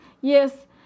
Yes